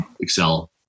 Excel